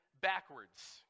backwards